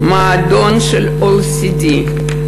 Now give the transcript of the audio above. מועדון ה-OECD,